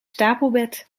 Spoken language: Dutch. stapelbed